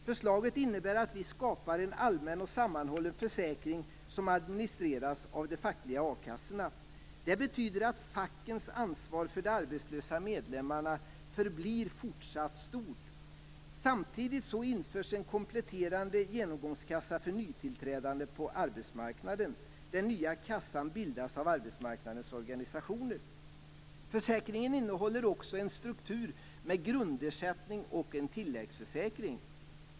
Förslaget innebär att vi skapar en allmän och sammanhållen försäkring som administreras av de fackliga a-kassorna. Det betyder att fackens ansvar för de arbetslösa medlemmarna förblir fortsatt stort. Samtidigt införs en kompletterande genomgångskassa för nytillträdande på arbetsmarknaden. Den nya kassan bildas av arbetsmarknadens organisationer. Försäkringen innehåller också en struktur med grundersättning och en tilläggsförsäkring.